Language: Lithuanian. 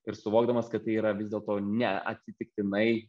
ir suvokdamas kad tai yra vis dėlto neatsitiktinai